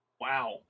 Wow